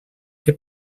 que